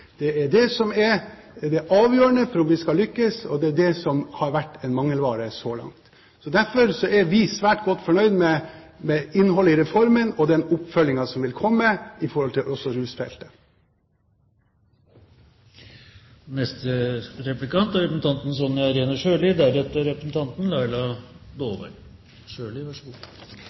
rehabilitering. Det er det som er avgjørende for at vi skal lykkes, og er det som har vært mangelvare så langt. Derfor er vi svært godt fornøyd med innholdet i reformen og den oppfølgingen som vil komme også på rusfeltet. SV mener at spørsmålet om hvorvidt den innsatsstyrte finansieringen skal være 30 pst., 40 pst. eller 50 pst., er